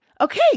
Okay